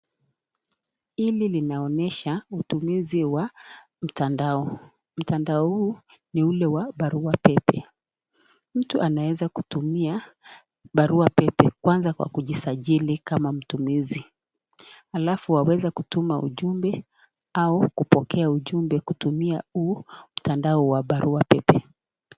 Hili linaonyesha utumizi wa mtandao, mtandao huu ni ule wa baruapepe, mtu anaweza kutumia baruapepe kwa kujisajili kama mtumizi alafu waweze kutuma ujumbe au kupokea ujumbe kutumia huu mtandao wa baruapepe.